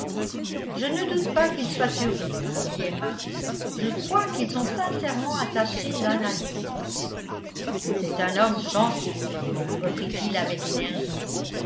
je ne doute pas qu'ils soient heureux dit emma je crois qu'ils sont sincèrement attachés l'un à l'autre c'est un homme chanceux reprit-il avec énergie